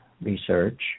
research